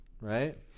right